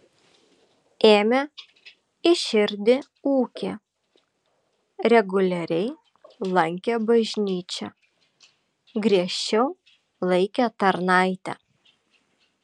ėmė į širdį ūkį reguliariai lankė bažnyčią griežčiau laikė tarnaitę